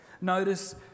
Notice